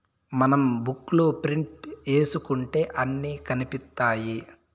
మనం బుక్ లో ప్రింట్ ఏసుకుంటే అన్ని కనిపిత్తాయి